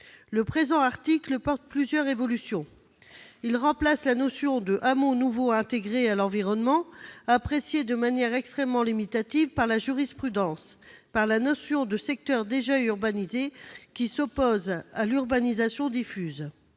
L'article 12 prévoit plusieurs évolutions, dont le remplacement de la notion de « hameaux nouveaux intégrés à l'environnement », appréciée de manière extrêmement limitative par la jurisprudence, par celle de « secteurs déjà urbanisés », qui s'oppose à l'urbanisation diffuse.